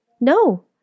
No